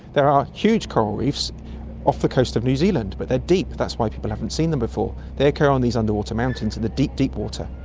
there are huge coral reefs off the coast of new zealand but they're deep, that's why people haven't seen them before. they occur on these underwater mountains in the deep, deep water.